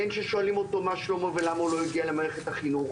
הן כששואלים אותו מה שלומו ולמה הוא לא הגיע למערכת החינוך,